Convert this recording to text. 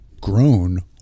grown